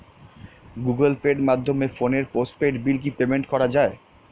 Google Pay মাধ্যমে ফোনের postpaid bill কি পেমেন্ট করা যায়?